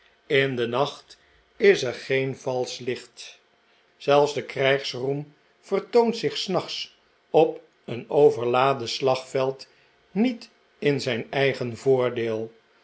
in den nacht is er geen valsch licht zelfs de krijgsroem vertoont zich s nachts op een overladen slagveld niet in zijn eigen voordeel